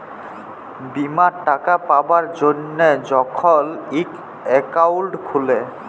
বীমার টাকা পাবার জ্যনহে যখল ইক একাউল্ট খুলে